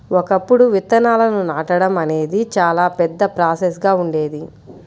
ఒకప్పుడు విత్తనాలను నాటడం అనేది చాలా పెద్ద ప్రాసెస్ గా ఉండేది